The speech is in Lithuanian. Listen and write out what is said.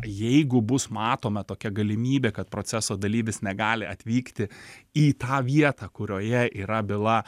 jeigu bus matoma tokia galimybė kad proceso dalyvis negali atvykti į tą vietą kurioje yra byla